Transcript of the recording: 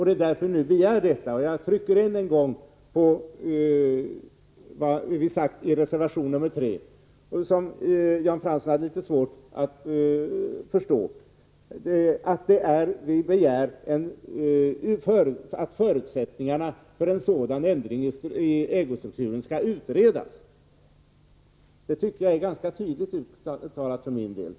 Det är därför vi nu begär detta. Jag trycker än en gång på vad vi sagt i reservation 3, som Jan Fransson hade litet svårt att förstå. Vi begär att förutsättningarna för en sådan ändring i ägostrukturen skall utredas. Det tycker jag för min del är ganska tydligt uttalat.